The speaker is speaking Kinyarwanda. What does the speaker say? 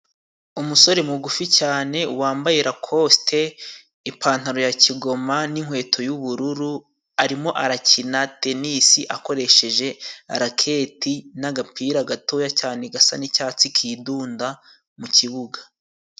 Umusore mugufi cyane wambaye racosite, ipantaro ya kigoma n'ininkweto y'ubururu, arimo arakina tenisi akoresheje raketi n' agapira gatoya cyane gasa n' icyatsi kidunda mu kibuga.